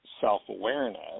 self-awareness